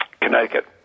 Connecticut